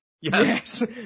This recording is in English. yes